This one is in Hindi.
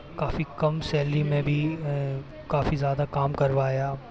काफ़ी कम सैलरी में भी काफ़ी ज़्यादा काम करवाया